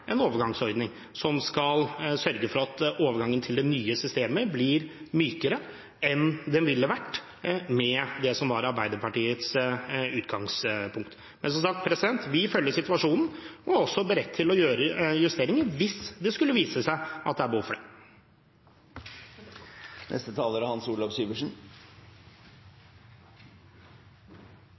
en overgangsordning, som skal sørge for at overgangen til det nye systemet blir mykere enn den ville vært med det som var Arbeiderpartiets utgangspunkt. Vi følger som sagt situasjonen og er også beredt til å gjøre justeringer hvis det skulle vise seg at det er behov for det. Replikkordskiftet er omme. Vi i Kristelig Folkeparti er